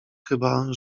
chyba